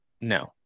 No